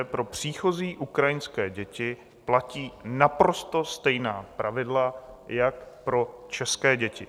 Pro příchozí ukrajinské děti platí naprosto stejná pravidla jako pro české děti.